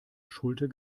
schulter